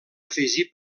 afegir